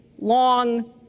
long